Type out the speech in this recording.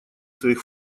своих